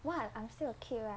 what I'm still a kid right